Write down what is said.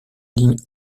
ligne